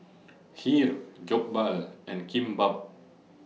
Kheer Jokbal and Kimbap